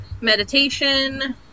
meditation